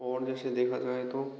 और ऐसे देखा जाए तो